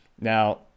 now